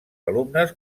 alumnes